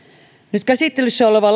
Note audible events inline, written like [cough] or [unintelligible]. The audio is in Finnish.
nyt käsittelyssä oleva [unintelligible]